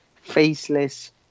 faceless